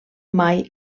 mai